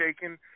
taken